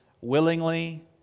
willingly